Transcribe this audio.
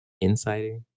Insider